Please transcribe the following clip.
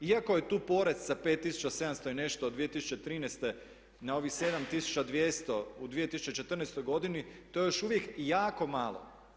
Iako je tu porast sa 5700 i nešto od 2013. na ovih 7200 u 2014. godini, to je još uvijek jako malo.